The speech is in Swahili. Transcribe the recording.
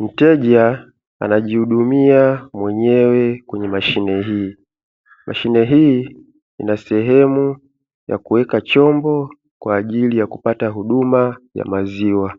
Mteja anajihudumia mwenyewe kwenye mashine hii. Mashine hii ina sehemu ya kuweka chombo kwa ajili ya kupata huduma ya maziwa.